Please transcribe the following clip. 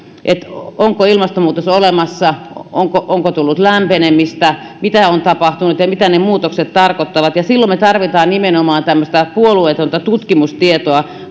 onko ilmastonmuutos olemassa onko onko tullut lämpenemistä mitä on tapahtunut ja mitä ne muutokset tarkoittavat silloin me tarvitsemme nimenomaan tämmöistä puolueetonta tutkimustietoa